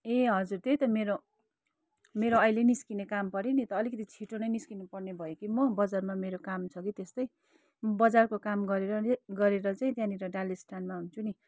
ए हजुर त्यही त मेरो मेरो अहिले निस्कने काम पर्यो नि त अलिकति छिटो नै निस्कनुपर्ने भयो कि म बजारमा मेरो काम छ कि त्यस्तै बजारको काम गरेर गरेर चाहिँ त्यहाँनिर डालिस्थानमा आउँछु नि